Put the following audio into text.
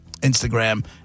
Instagram